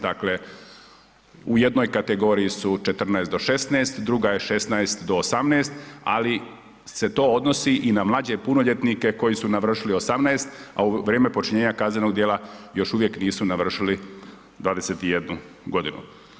Dakle, u jednoj kategoriji su 14-16, druga je 16-18 ali se to odnosi i na mlađe punoljetnike koji su navršili 18 a u vrijeme počinjenja kaznenog djela još uvijek nisu navršili 21 godinu.